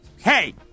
Hey